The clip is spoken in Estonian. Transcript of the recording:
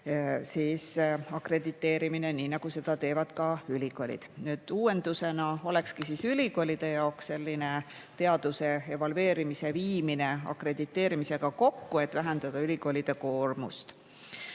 lisaks akrediteerimine, nii nagu seda teevad ka ülikoolid. Uuendusena olekski ülikoolide jaoks selline teaduse evalveerimise viimine akrediteerimisega kokku, et vähendada ülikoolide koormust.